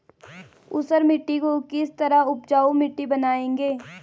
ऊसर मिट्टी को किस तरह उपजाऊ मिट्टी बनाएंगे?